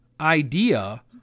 idea